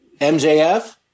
MJF